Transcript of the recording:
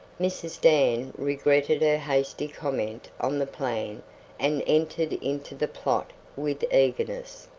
mrs. dan regretted her hasty comment on the plan and entered into the plot with eagerness.